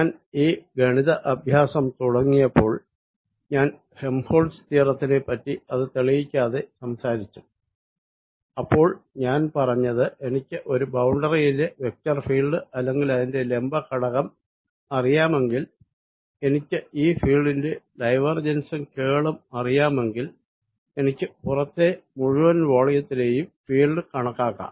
ഞാൻ ഈ ഗണിത അഭ്യാസം തുടങ്ങിയപ്പോൾ ഞാൻ ഹെംഹോൾട്സ് തിയറത്തെപ്പറ്റി അത് തെളിയിക്കാതെ സംസാരിച്ചു അപ്പോൾ ഞാൻ പറഞ്ഞത് എനിക്ക് ഒരു ബൌണ്ടറിയിലെ വെക്ടർ ഫീൽഡ് അല്ലെങ്കിൽ അതിന്റെ പെർപെൻഡിക്യൂലർ ഘടകം അറിയാമെങ്കിൽ എനിക്ക് ഈ ഫീൽഡിന്റെ ഡൈവേർജൻസും കേളും അറിയാമെങ്കിൽ എനിക്ക് പുറത്തെ മുഴുവൻ വോളിയത്തിലെയും ഫീൽഡ് കണക്കാക്കാം